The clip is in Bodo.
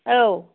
औ